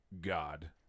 god